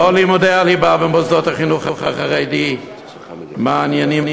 לא לימודי הליבה במוסדות החינוך החרדי מעניינים אותה,